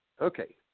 Okay